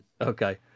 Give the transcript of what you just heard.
okay